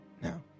Now